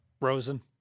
Rosen